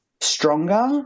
stronger